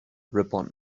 ripon